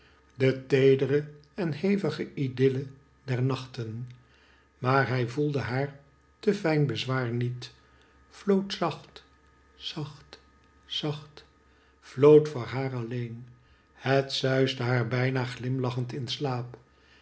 de teedere en hevige idylle der nachten maar hij voelde haar te fijn bezwaar niet floot zacht zacht zacht floot voor haar alleen het suisde haar bijna glimlachend in slaap